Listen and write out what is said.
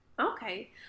Okay